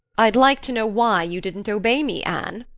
i'd like to know why you didn't obey me, anne.